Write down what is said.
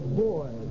boy